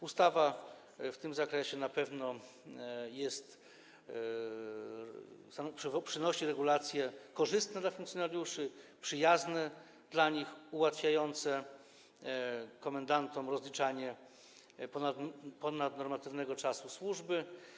Ustawa w tym zakresie na pewno przynosi regulacje korzystne dla funkcjonariuszy, przyjazne dla nich, ułatwiające komendantom rozliczanie ponadnormatywnego czasu służby.